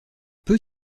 peu